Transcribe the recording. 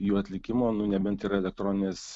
jų atlikimo nebent yra elektroninės